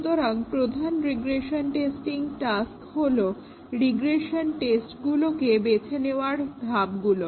সুতরাং প্রধান regression testing task হলো রিগ্রেশন টেস্টগুলোকে বেছে নেওয়ার ধাপগুলো